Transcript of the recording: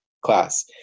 class